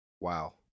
Wow